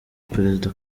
perezida